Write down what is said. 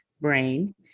brain